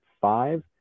five